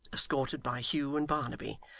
escorted by hugh and barnaby,